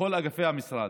בכל אגפי המשרד.